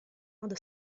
modo